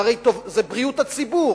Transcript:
זה בריאות הציבור.